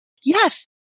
Yes